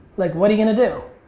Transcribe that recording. like what are you gonna do?